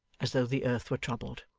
as though the earth were troubled.